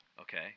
okay